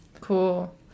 Cool